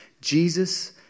Jesus